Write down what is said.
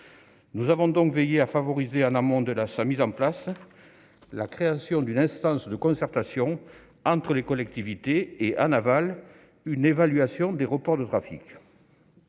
Nous avons donc veillé à favoriser, en amont de sa mise en place, la création d'une instance de concertation entre les collectivités et, en aval, une évaluation des reports de trafic.